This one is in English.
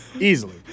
Easily